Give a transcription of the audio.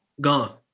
gone